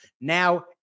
Now